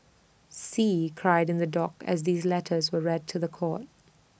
see cried in the dock as these letters were read to The Court